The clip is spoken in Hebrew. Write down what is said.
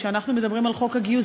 כשאנחנו מדברים על חוק הגיוס,